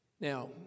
Now